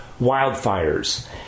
Wildfires